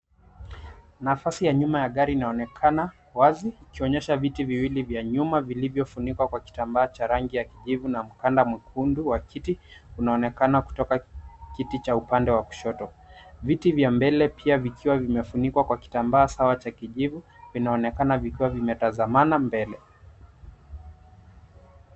Nafasi ya nyuma ya gari inaonekana wazi, ikionyesha viti viwili vya nyuma vilivyofunikwa kwa kitambaa cha rangi ya kijivu na mkanda mwekundu wa kiti, unaonekana kutoka kiti cha upande wa kushoto. Viti vya mbele pia vikiwa vimefunikwa kwa kitambaa sawa cha kijivu, vinaonekana vikiwa vimetazamana mbele.